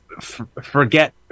forget